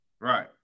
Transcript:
Right